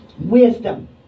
wisdom